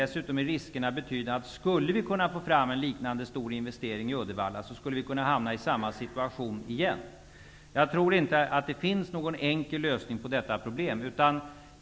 Dessutom är riskerna betydande för att vi hamnar i en liknande situation igen, om vi nu skulle kunna få fram en liknande stor investering till Uddevalla. Jag tror inte att det finns någon enkel lösning på detta problem.